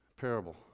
parable